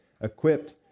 equipped